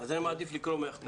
אז אני מעדיף לקרוא מהכתב.